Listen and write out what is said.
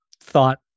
thought